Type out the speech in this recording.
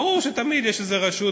ברור שתמיד יש איזו רשות,